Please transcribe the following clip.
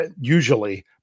usually